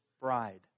bride